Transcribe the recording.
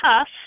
tough